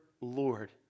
Lord